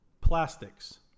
Plastics